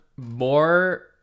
more